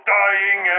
dying